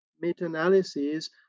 meta-analyses